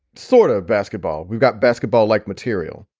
sort of. basketball. we've got basketball like material.